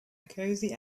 cozy